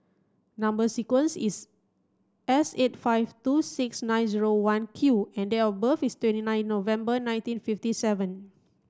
number sequence is S eight five two six nine zero one Q and date of birth is twenty nine November nineteen fifty seven